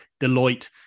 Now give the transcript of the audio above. Deloitte